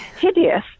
hideous